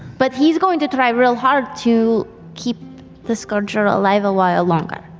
but he's going to try real hard to keep the scourger alive a while longer.